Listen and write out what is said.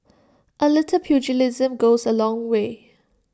A little pugilism goes A long way